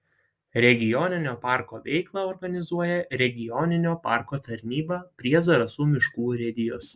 regioninio parko veiklą organizuoja regioninio parko tarnyba prie zarasų miškų urėdijos